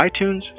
iTunes